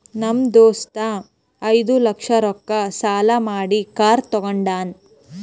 ನಮ್ ದೋಸ್ತ ಐಯ್ದ ಲಕ್ಷ ರೊಕ್ಕಾ ಸಾಲಾ ಮಾಡಿ ಕಾರ್ ತಗೊಂಡಾನ್